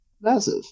massive